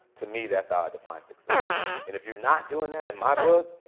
to me, that's how i define success. and if you're not doing that, in my book,